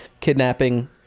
kidnapping